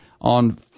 on